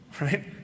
Right